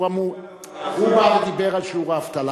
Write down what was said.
הוא בא ודיבר על שיעור האבטלה,